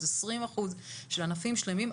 20% של ענפים שלמים.